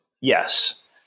Yes